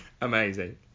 Amazing